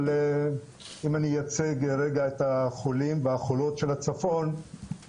אבל אם אני אייצג רגע את החולים והחולות של הצפון,